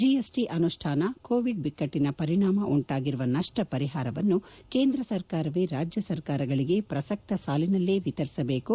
GST ಅನುಷ್ಲಾನ Covid ಬಿಕ್ಕಟ್ಟಿನ ಪರಿಣಾಮ ಉಂಟಾಗಿರುವ ನಷ್ಷ ಪರಿಹಾರವನ್ನು ಕೇಂದ್ರ ಸರಕಾರವೇ ರಾಜ್ನ ಸರಕಾರಗಳಿಗೆ ಪ್ರಸಕ್ತ ಸಾಲಿನಲ್ಲೇ ವಿತರಿಸಬೇಕು